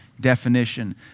definition